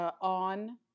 On